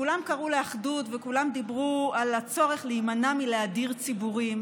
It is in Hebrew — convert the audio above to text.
כולם קראו לאחדות וכולם דיברו על הצורך להימנע מלהדיר ציבורים,